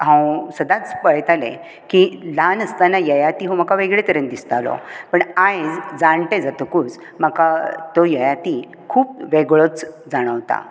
हांव सदांच पळयताले की ल्हान आसतना ययाती हो म्हाका वेगळ्या तरेन दिसतालो पण आयज जाण्टे जातकूच म्हाका तो ययाती खूब वेगळोच जाणवता